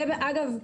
אגב,